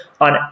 on